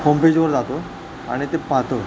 होमपेजवर जातो आणि ते पाहतो